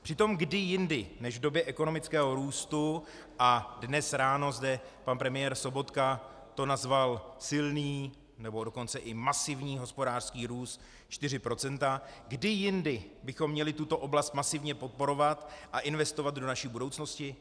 Přitom kdy jindy než v době ekonomického růstu, a dnes ráno to pan premiér Sobotka nazval jako silný, nebo do konce i masivní hospodářský růst 4 %, kdy jindy bychom měli tuto oblast masivně podporovat a investovat do naší budoucnosti?